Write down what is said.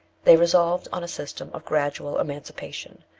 they resolved on a system of gradual emancipation,